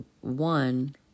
one